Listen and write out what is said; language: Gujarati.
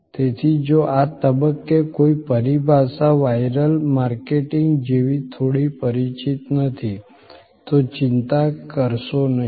તેથી જો આ તબક્કે કોઈ પરિભાષા વાઈરલ માર્કેટિંગ જેવી થોડી પરિચિત નથી તો ચિંતા કરશો નહીં